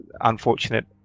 unfortunate